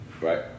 Right